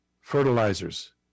fertilizers